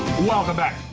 welcome back.